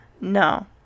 No